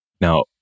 Now